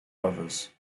others